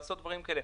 לעשות דברים כאלה.